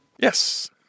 Yes